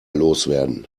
loswerden